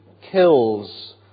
kills